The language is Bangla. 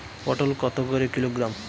পটল কত করে কিলোগ্রাম?